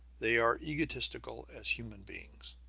they are egotistical as human beings.